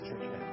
church